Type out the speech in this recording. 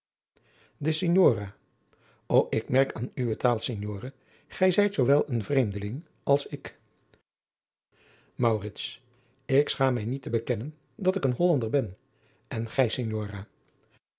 de signora o ik merk aan uwe taal signore gij zijt zoo wel een vreemdeling als ik maurits ik schaam mij niet te bekennen dat ik een hollander ben en gij